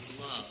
love